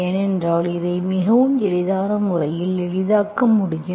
ஏனென்றால் இதை மிகவும் எளிதான முறையில் எளிதாக்க முடியும்